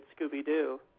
Scooby-Doo